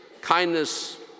kindness